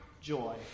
joy